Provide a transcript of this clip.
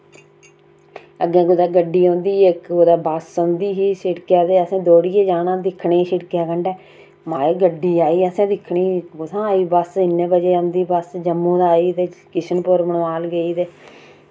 अग्गें कुदै गड्डी औंदी ही कुदै बस्स होंदी ही ते असें दौड़ियै जाना कुदै शिड़कै दे कंढै माय गड्डी आई असें दिक्खनी कुत्थां आई बस्स इन्ने बजे औंदी बस्स जम्मू दा आई ते किशनपुर मनवाल गेई ते